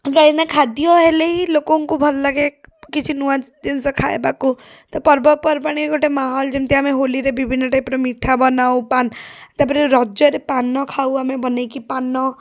କାହିଁକିନା ଖାଦ୍ୟ ହେଲେ ହିଁ ଲୋକଙ୍କୁ ଭଲଲାଗେ କିଛି ନୂଆ ଜିନିଷ ଖାଇବାକୁ ତ ପର୍ବପର୍ବାଣି ଗୋଟେ ମାହୋଲ ଯେମିତି ଆମେ ହୋଲିରେ ବିଭିନ୍ନ ଟାଇପ୍ର ମିଠା ବନାଉ ତା'ପରେ ରଜରେ ପାନଖାଉ ଆମେ ବନେଇକି ପାନ